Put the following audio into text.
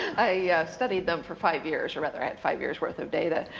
i yeah studied them for five years, or rather, i had five years worth of data.